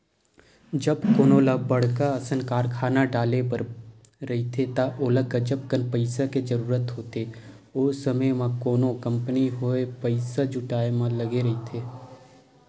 जब कोनो ल बड़का असन कारखाना डाले बर रहिथे त ओला गजब कन पइसा के जरूरत होथे, ओ समे म कोनो कंपनी होय पइसा जुटाय म लगे रहिथे